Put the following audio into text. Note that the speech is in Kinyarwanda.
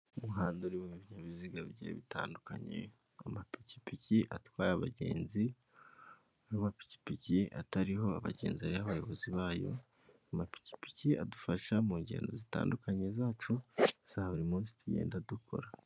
Umuhanda urimo ibinyabiziga bigiye bitandukanye, amapikipiki atwaye abagenzi, n'amapikipiki atariho abagenzi ariho abayobozi bayo, amapikipiki adufasha mu ngendo zitandukanye zacu za buri munsi tugenda dukora.